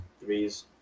threes